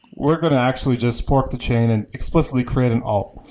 we're going to actually just fork the chain and explicitly create an alt.